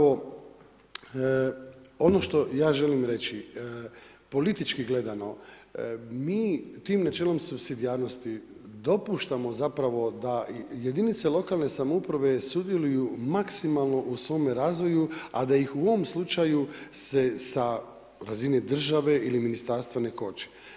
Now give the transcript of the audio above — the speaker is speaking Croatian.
Ono što ja želim reći, politički gledano, mi tim načelo supsidijarnosti, dopuštamo zapravo da jedinice lokalne samouprave, sudjeluju maksimalno u svome razvoju, a da ih u ovom slučaju, se sa razine države ili ministarstva ne koči.